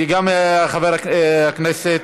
גם חבר הכנסת